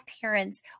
parents